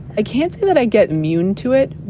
i can't say that i get immune to it,